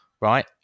right